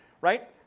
right